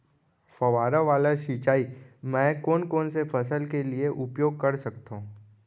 फवारा वाला सिंचाई मैं कोन कोन से फसल के लिए उपयोग कर सकथो?